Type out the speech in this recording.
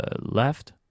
left